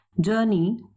journey